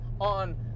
on